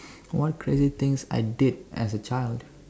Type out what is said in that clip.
one crazy thing I did as a child